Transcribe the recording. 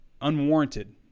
unwarranted